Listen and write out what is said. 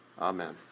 Amen